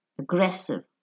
aggressive